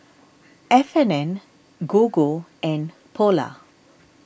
F and N Gogo and Polar